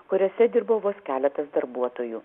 kuriose dirbo vos keletas darbuotojų